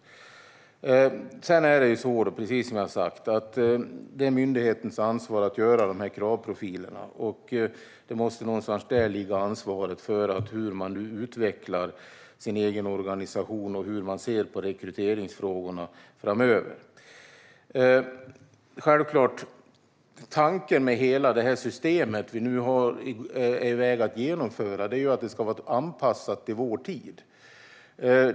Som jag har sagt är det myndighetens ansvar att göra dessa kravprofiler. Ansvaret för hur man utvecklar sin egen organisation och hur man ser på rekryteringsfrågorna framöver måste ligga där någonstans. Självklart är tanken med hela det system som vi är på väg att genomföra att det ska vara anpassat till vår tid.